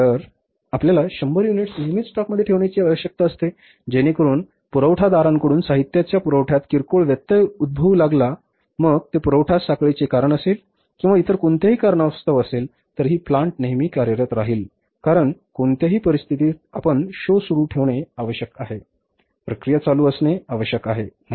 तर क्रमांक 1 आपल्याला 100 युनिट्स नेहमीच स्टॉकमध्ये ठेवण्याची आवश्यकता असते जेणेकरून पुरवठादारांकडून साहित्याच्या पुरवठ्यात किरकोळ व्यत्यय उद्भवू लागला मग ते पुरवठा साखळीचे कारण असेल किंवा इतर कोणत्याही कारणास्तव असेल तरीही plant नेहमी कार्यरत राहील कारण कोणत्याही परिस्थितीत आपणास शो सुरू ठेवणे आवश्यक आहे प्रक्रिया चालू असणे आवश्यक आहे